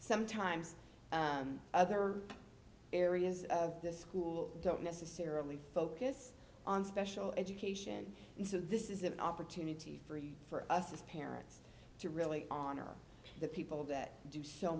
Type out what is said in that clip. sometimes other areas of the school don't necessarily focus on special education and so this is an opportunity for us as parents to really honor the people that do so